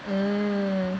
mm